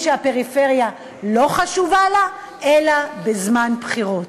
שהפריפריה לא חשובה לה אלא בזמן בחירות.